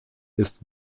ist